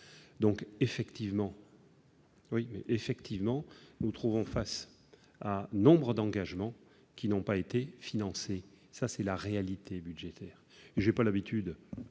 Effectivement, nous nous trouvons face à nombre d'engagements qui n'ont pas été financés ; c'est la réalité budgétaire.